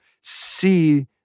see